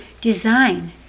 design